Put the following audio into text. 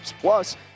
plus